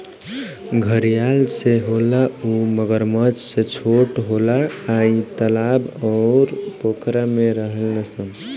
घड़ियाल जे होला उ मगरमच्छ से छोट होला आ इ तालाब अउर पोखरा में रहेले सन